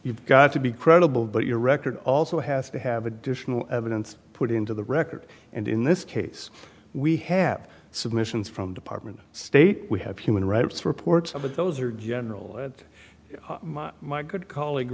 you've got to be credible but your record also has to have additional evidence put into the record and in this case we have submissions from department of state we have human rights reports of it those are general my good colleague